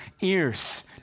ears